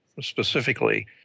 specifically